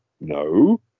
No